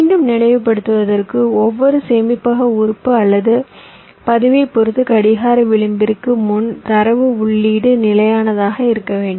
மீண்டும் நினைவுபடுத்துவதற்கு ஒவ்வொரு சேமிப்பக உறுப்பு அல்லது பதிவைப் பொறுத்து கடிகார விளிம்பிற்கு முன் தரவு உள்ளீடு நிலையானதாக இருக்க வேண்டும்